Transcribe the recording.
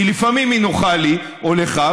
כי לפעמים היא נוחה לי או לך,